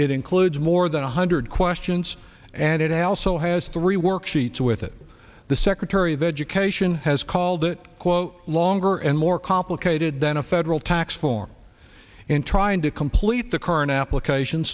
it includes more than one hundred questions and it also has three worksheets with it the secretary of education has called it quote longer and more complicated than a federal tax form and trying to complete the current application